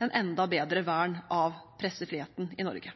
enda bedre vern av pressefriheten i Norge.